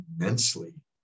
immensely